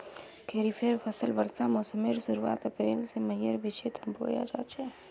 खरिफेर फसल वर्षा मोसमेर शुरुआत अप्रैल से मईर बिचोत बोया जाछे